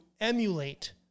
emulate